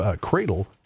cradle